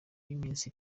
y’iminsi